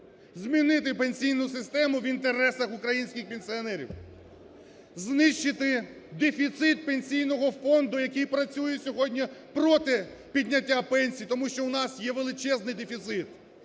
змінити пенсійну систему в інтересах українських пенсіонерів, знищити дефіцит Пенсійного фонду, який працює сьогодні проти підняття пенсій, тому що у нас є величезний дефіцит.